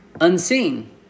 Unseen